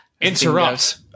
Interrupt